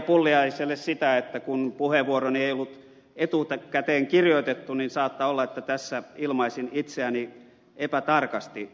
pulliaiselle sitä että kun puheenvuoroni ei ollut etukäteen kirjoitettu niin saattaa olla että tässä ilmaisin itseäni epätarkasti